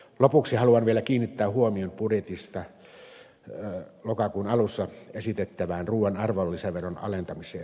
lopuksi haluan vielä kiinnittää huomion budjetissa lokakuun alusta esitettävään ruuan arvonlisäveron alentamiseen